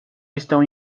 estão